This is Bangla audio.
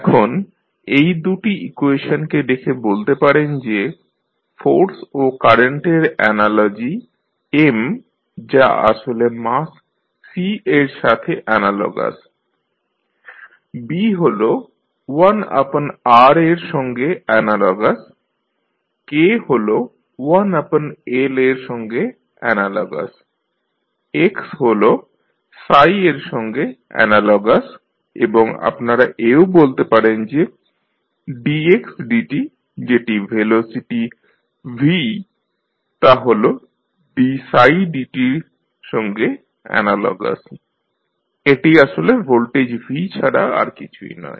এখন এই দু'টি ইকুয়েশনকে দেখে বলতে পারেন যে ফোর্স ও কারেন্টের অ্যানালজি M যা আসলে মাস C এর সঙ্গে অ্যানালগাস B হল 1R এর সঙ্গে অ্যানালগাস K হল 1L এর সঙ্গে অ্যানালগাস x হল এর সঙ্গে অ্যানালগাস এবং আপনারা এও বলতে পারেন যে dxdt যেটি ভেলোসিটি v তা' হল dψ dt এর সঙ্গে অ্যানালগাস এটি আসলে ভোল্টেজ V ছাড়া আর কিছুই নয়